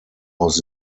aus